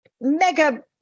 mega